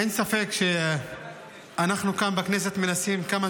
אין ספק שאנחנו כאן בכנסת מנסים כמה